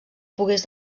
pogués